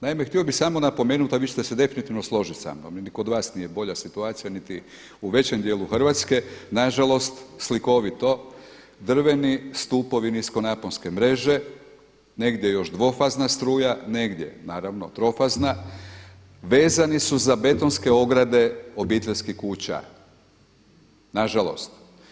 Naime, htio bih samo napomenuti a vi ćete se definitivno složiti samnom, ni kod vas nije bolja situacija niti u većem dijelu Hrvatske, nažalost slikovito drveni stupovi, niskonaponske mreže, negdje još dvofazna struja, negdje naravno trofazna, vezani su za betonske ograde obiteljskih kuća, nažalost.